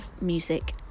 music